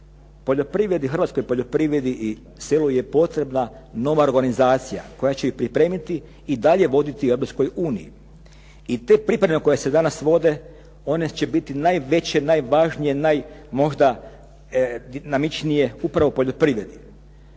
korisnih. Hrvatskoj poljoprivredi i selu je potrebna nova organizacija koja će ih pripremiti i dalje voditi Europskoj uniji. I te pripreme koje se danas vode, one će biti najveće, najvažnije, možda najdinamičnije upravo u poljoprivredi.